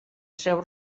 seu